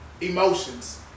emotions